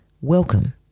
Welcome